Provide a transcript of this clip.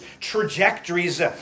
trajectories